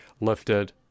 lifted